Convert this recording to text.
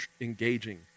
engaging